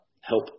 help